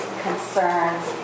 concerns